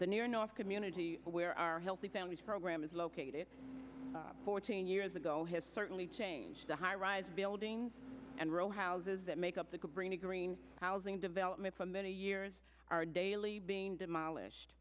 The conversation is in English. the near north community where our healthy families program is located fourteen years ago has certainly changed the high rise buildings and row houses that make up the green a green housing development for many years are daily being demolished